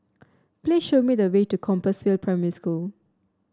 please show me the way to Compassvale Primary School